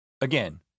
again